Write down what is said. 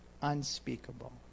unspeakable